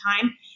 time